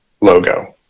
logo